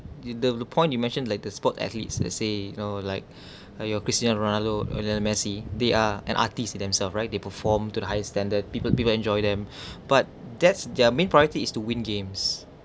the the point you mentioned like the sport athletes let's say you know like uh your cristiano ronaldo lionel messi they are an artist them self right they perform to the highest standard people people enjoy them but that's their main priority is to win games